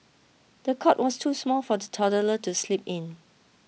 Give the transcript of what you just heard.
the cot was too small for the toddler to sleep in